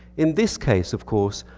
in this case, of course,